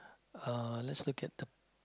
uh let's look at the